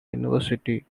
university